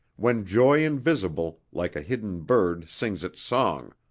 when joy invisible like a hidden bird sings its song,